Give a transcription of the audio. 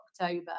October